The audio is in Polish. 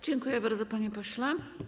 Dziękuję bardzo, panie pośle.